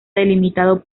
delimitado